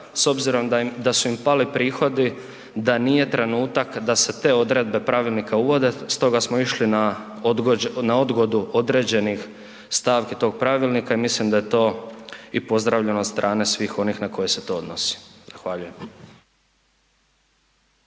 s obzirom da su im pali prihodi, da nije trenutak da se te odredbe Pravilnika uvode stoga smo išli na odgodu određenih stavku tog Pravilnika i mislim da je to i pozdravljeno od strane svih onih na koje se to odnosi.